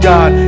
God